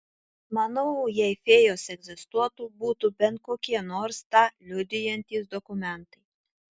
manau jei fėjos egzistuotų būtų bent kokie nors tą liudijantys dokumentai